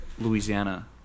Louisiana